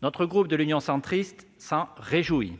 Le groupe Union Centriste s'en réjouit.